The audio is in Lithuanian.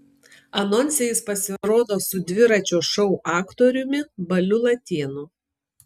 anonse jis pasirodo su dviračio šou aktoriumi baliu latėnu